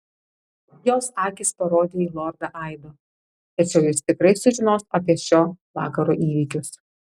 jos akys parodė į lordą aido tačiau jis tikrai sužinos apie šio vakaro įvykius